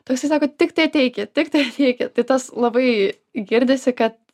toksai sako tiktai ateikit tiktai ateikit tai tas labai girdisi kad